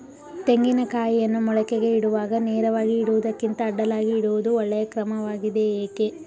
ತೆಂಗಿನ ಕಾಯಿಯನ್ನು ಮೊಳಕೆಗೆ ಇಡುವಾಗ ನೇರವಾಗಿ ಇಡುವುದಕ್ಕಿಂತ ಅಡ್ಡಲಾಗಿ ಇಡುವುದು ಒಳ್ಳೆಯ ಕ್ರಮವಾಗಿದೆ ಏಕೆ?